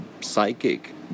psychic